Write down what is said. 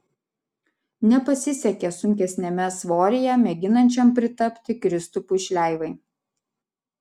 nepasisekė sunkesniame svoryje mėginančiam pritapti kristupui šleivai